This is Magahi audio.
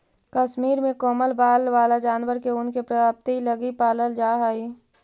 कश्मीर में कोमल बाल वाला जानवर के ऊन के प्राप्ति लगी पालल जा हइ